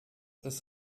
ist